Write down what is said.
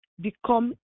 become